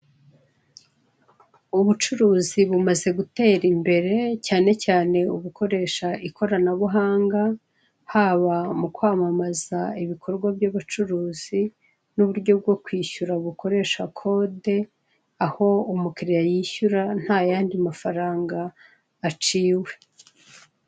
Ubucuruzi bumaze gutera imbere cyane cyane ubukoresha ikoranabuhanga haba mu kwamamaza ibikorwa by'ubucuruzi n'uburyo bwo kwishyura bukoresha kode, aho umukiririya yishyura ntayandi mafaranga aciwe.